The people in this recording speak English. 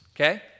okay